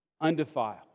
Undefiled